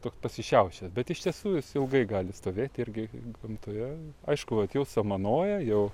toks pasišiaušęs bet iš tiesų jis ilgai gali stovėti irgi gamtoje aišku vat jau samanoja jau